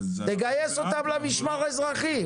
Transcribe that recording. תגייס אותם למשמר האזרחי.